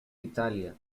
italia